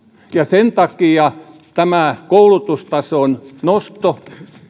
sen takia tämä koulutustason nosto